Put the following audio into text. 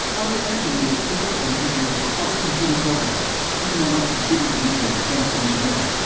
unreal engine made it quicker and easier for other computer programmers, even the ones who didn't major in mechanical engineering,